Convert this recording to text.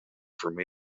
from